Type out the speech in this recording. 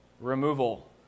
Removal